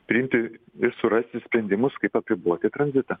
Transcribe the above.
priimti ir surasti sprendimus kaip apriboti tranzitą